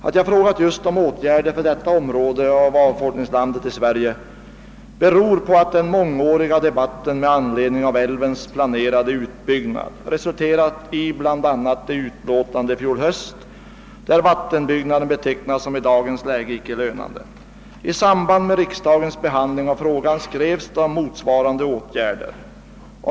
Att jag frågat just om åtgärder för detta område inom avfolkningsdelen i Sverige beror på att den mångåriga debatten med anledning av älvens planerade utbyggnad resulterat i bl.a. det utlåtande i fjol höst, vari vattenutbyggnaden betecknas som i dagens läge icke lönande. I samband med riksdagens behandling av frågan skrevs det om motsvarande åtgärder.